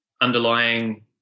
underlying